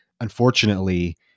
unfortunately